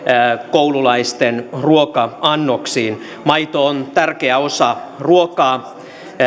koululaisten ruoka annoksiin maito on tärkeä osa ruokaa